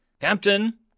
Captain